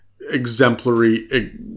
exemplary